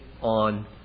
on